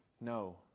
No